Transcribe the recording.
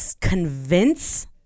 convince